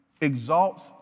exalts